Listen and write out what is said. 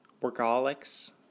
Workaholics